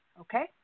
Okay